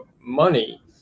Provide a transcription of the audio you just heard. money